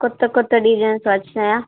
కొత్త కొత్త డిజైన్స్ వచ్చినాయా